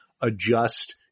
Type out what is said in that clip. adjust